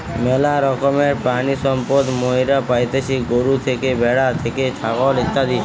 ম্যালা রকমের প্রাণিসম্পদ মাইরা পাইতেছি গরু থেকে, ভ্যাড়া থেকে, ছাগল ইত্যাদি